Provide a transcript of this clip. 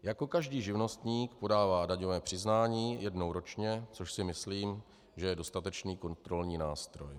Jako každý živnostník podává daňové přiznání jednou ročně, což si myslím, že je dostatečný kontrolní nástroj.